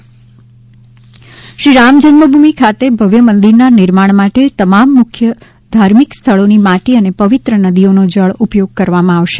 અયોધ્યા મંદિર શ્રી રામ જન્મભૂમિ ખાતે ભવ્ય મંદિરના નિર્માણ માટે તમામ મુખ્ય ધાર્મિક સ્થળોની માટી અને પવિત્ર નદીઓના જળનો ઉપયોગ કરવામાં આવશે